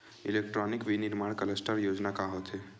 Electronic विनीर्माण cluster योजना का होथे?